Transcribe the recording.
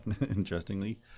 Interestingly